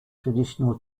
traditional